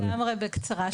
לגמרי בקצרה.